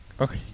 Okay